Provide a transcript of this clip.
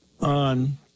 on